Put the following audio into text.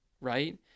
right